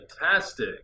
Fantastic